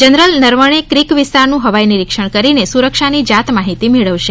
general Naravane creek વિસ્તારનું હવાઇ નિરિક્ષણ કરીને સુરક્ષાની જાત માહિતી મેળવશે